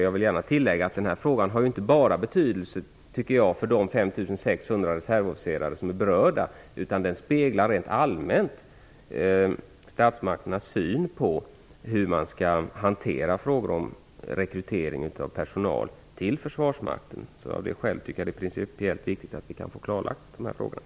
Jag vill tillägga att den här frågan enligt min mening har betydelse inte bara för de 5 600 reservofficerare som är berörda utan också rent allmänt speglar statsmakternas syn på hur man skall hantera frågor om rekrytering av personal till försvarsmakten. Av det skälet är det principiellt viktigt att vi kan få dessa frågor klarlagda.